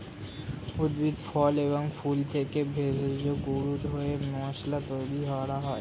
উদ্ভিদ, ফল এবং ফুল থেকে ভেষজ গুঁড়ো করে মশলা তৈরি করা হয়